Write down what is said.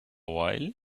while